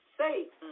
safe